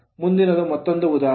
ಮುಂದಿನದು ಮತ್ತೊಂದು ಉದಾಹರಣೆ